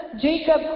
Jacob